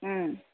उम्